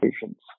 Patients